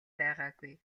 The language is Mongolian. байгаагүй